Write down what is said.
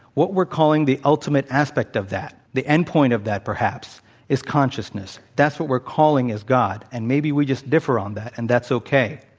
what we're calling the ultimate aspect of that the endpoint of that, perhaps is consciousness. that's what we're calling as god, and maybe we just differ on that, and that's okay.